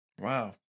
Wow